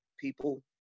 people